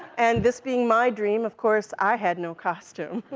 and this being my dream, of course i had no costume.